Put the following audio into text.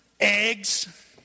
eggs